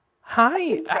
Hi